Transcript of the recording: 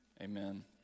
amen